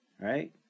right